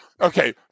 Okay